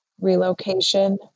relocation